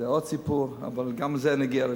זה עוד סיפור, אבל גם לזה נגיע.